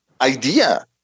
idea